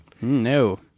No